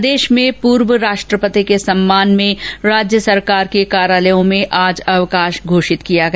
प्रदेश में पूर्व राष्ट्रपति के सम्मान में राज्य सरकार के कार्यालयों में आज अवकाश घोषित किया गया